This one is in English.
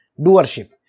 doership